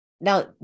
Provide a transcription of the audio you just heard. Now